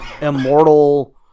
immortal